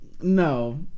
No